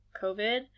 COVID